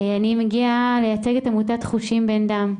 אני מגיע לייצג את עמותת חושים בן דן.